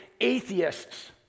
atheists